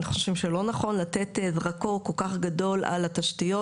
אנחנו חושבים שלא נכון לתת זרקור כל כך גדול על התשתיות.